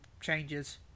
changes